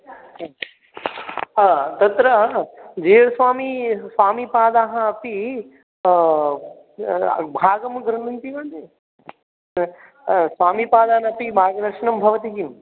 तत्र वेदस्वामी स्वामीपादाः अपि भागं गृह्णन्ति वा न स्वामीपादानामपि मार्गदर्शनं भवति किम्